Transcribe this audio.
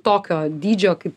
tokio dydžio kaip